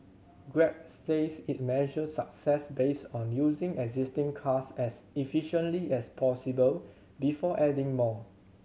grab says it measures success based on using existing cars as efficiently as possible before adding more